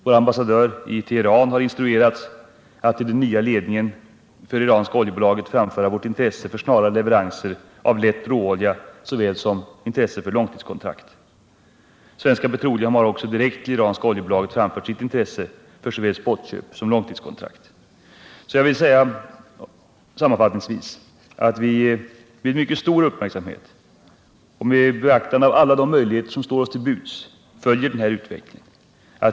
Vår ambassadör i Teheran har instruerats att till den nya ledningen för det iranska oljebolaget framföra vårt intresse för snara leveranser av lätt råolja och för långtidskontrakt. Svenska Petroleum har också direkt till det iranska oljebolaget framfört sitt intresse för såväl spotköp som långtidskontrakt. Sammanfattningsvis vill jag säga att vi med mycket stor uppmärksamhet och med beaktande av alla de möjligheter som står oss till buds följer den här utvecklingen.